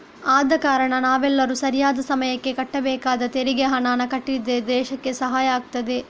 ಆದ ಕಾರಣ ನಾವೆಲ್ಲರೂ ಸರಿಯಾದ ಸಮಯಕ್ಕೆ ಕಟ್ಟಬೇಕಾದ ತೆರಿಗೆ ಹಣಾನ ಕಟ್ಟಿದ್ರೆ ದೇಶಕ್ಕೆ ಸಹಾಯ ಆಗ್ತದೆ